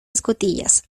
escotillas